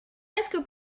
presque